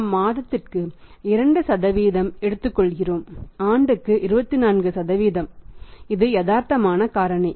நாம் மாதத்திற்கு 2 எடுத்துக்கொள்கிறோம் ஆண்டுக்கு 24 இது யதார்த்தமான காரணி